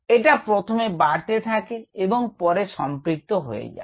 এটা প্রথমে বাড়তে থাকে এবং পরে সম্পৃক্ত হয়ে যায়